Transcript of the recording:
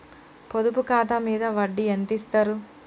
పొదుపు ఖాతా మీద వడ్డీ ఎంతిస్తరు?